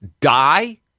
die